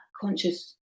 conscious